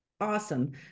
Awesome